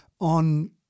on